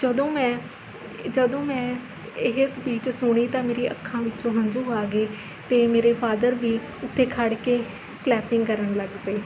ਜਦੋਂ ਮੈਂ ਜਦੋਂ ਮੈਂ ਇਹ ਸਪੀਚ ਸੁਣੀ ਤਾਂ ਮੇਰੀ ਅੱਖਾਂ ਵਿੱਚੋਂ ਹੰਝੂ ਆ ਗਏ ਅਤੇ ਮੇਰੇ ਫਾਦਰ ਵੀ ਉੱਥੇ ਖੜ੍ਹ ਕੇ ਕਲੈਪਿੰਗ ਕਰਨ ਲੱਗ ਪਏ